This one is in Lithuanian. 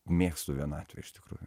mėgstu vienatvę iš tikrųjų